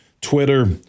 Twitter